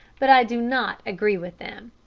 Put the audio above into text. but i do not agree with them.